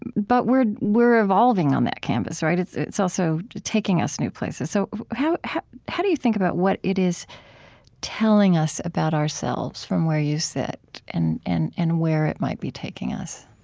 but we're we're evolving on that canvas, right? it's it's also taking us new places. so how how do you think about what it is telling us about ourselves from where you sit, and and and where it might be taking us?